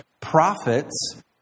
Prophets